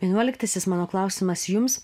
vienuoliktasis mano klausimas jums